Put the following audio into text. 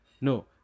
no